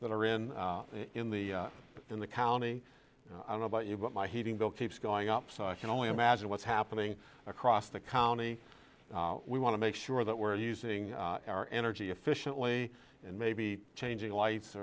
that are in in the in the county i don't know about you but my heating bill keeps going up so i can only imagine what's happening across the county we want to make sure that we're using our energy efficiently and maybe changing lights